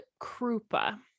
Krupa